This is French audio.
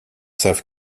savent